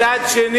מצד שני,